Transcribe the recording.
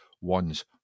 ones